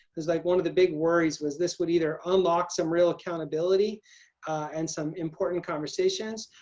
was like one of the big worries was this would either unlock some real accountability and some important conversations.